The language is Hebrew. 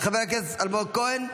חבר הכנסת ירון לוי,